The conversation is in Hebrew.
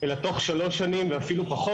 אלא תוך שלוש שנים ואפילו פחות.